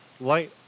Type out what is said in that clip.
light